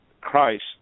Christ